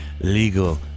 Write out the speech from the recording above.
legal